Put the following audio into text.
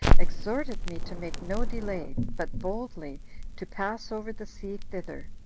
exhorted me to make no delay, but boldly to pass over the sea thither,